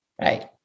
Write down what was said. Right